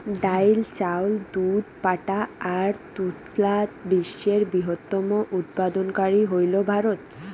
ডাইল, চাউল, দুধ, পাটা আর তুলাত বিশ্বের বৃহত্তম উৎপাদনকারী হইল ভারত